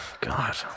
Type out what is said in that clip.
God